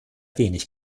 wenig